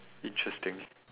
interesting